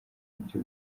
buryo